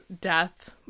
Death